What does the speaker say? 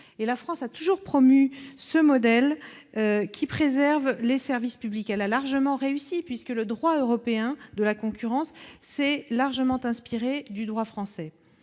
La France a toujours promu ce modèle, qui préserve les services publics, et elle a plutôt réussi, le droit européen de la concurrence s'étant largement inspiré du droit français.